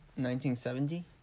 1970